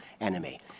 enemy